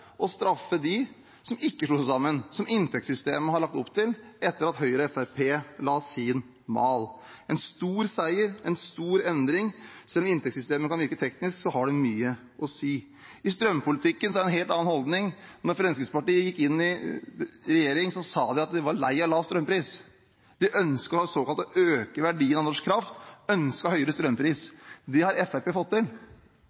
straffe dem som ikke slo seg sammen, som inntektssystemet har lagt opp til etter at Høyre og Fremskrittspartiet la sin mal – en stor seier, en stor endring. Selv om inntektssystemet kan virke teknisk, har det mye å si. I strømpolitikken er det en helt annen holdning. Da Fremskrittspartiet gikk inn i regjering, sa de at de var lei av lav strømpris. De ønsket såkalt å øke verdien av norsk kraft, ønsket høyere strømpris.